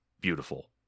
beautiful